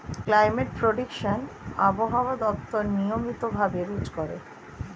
climate prediction আবহাওয়া দপ্তর নিয়মিত ভাবে রোজ করে